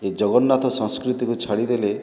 ଏ ଜଗନ୍ନାଥ ସାସ୍କୃତିକୁ ଛାଡ଼ି ଦେଲେ